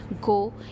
go